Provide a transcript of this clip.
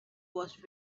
was